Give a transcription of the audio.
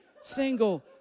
single